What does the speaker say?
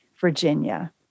Virginia